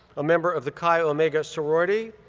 a member of the kai omega sorority,